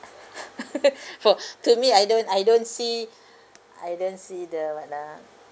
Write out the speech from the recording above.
for to me I don't I don't see I don't see the [what] lah